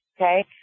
Okay